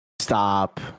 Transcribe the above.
Stop